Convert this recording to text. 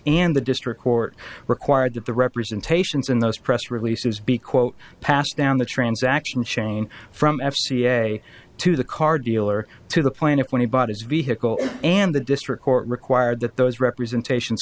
and the district court required that the representations in those press releases be quote passed down the transaction chain from f c a to the car dealer to the plaintiff when he bought his vehicle and the district court required that those representations